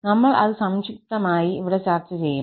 നമ്മൾ അത് സംക്ഷിപ്തമായി ഇവിടെ ചർച്ച ചെയ്യും